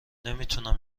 نمیتونم